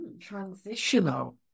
Transitional